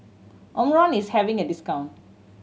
omron is having a discount